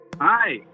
Hi